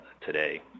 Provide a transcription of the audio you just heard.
today